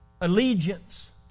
allegiance